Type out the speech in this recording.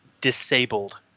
disabled